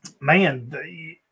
Man